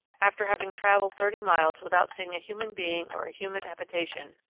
after having travelled thirty miles without seeing a human being or a human habitation,